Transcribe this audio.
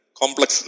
complex